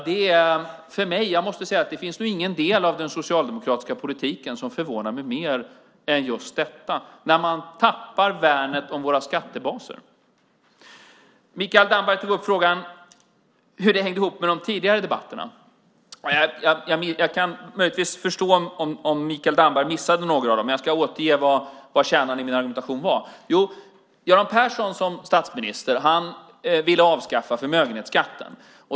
Det finns nog ingen del av den socialdemokratiska politiken som förvånar mig mer än just detta, när man tappar värnet om våra skattebaser. Mikael Damberg tog upp hur det hänger ihop med de tidigare debatterna. Jag kan förstå om Mikael Damberg missade några av dem, men jag ska återge kärnan i min argumentation. Göran Persson ville som statsminister avskaffa förmögenhetsskatten.